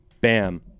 Bam